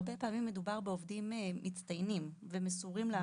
הרבה פעמים מדובר בעובדים מצטיינים ומסורים לעבודה.